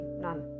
none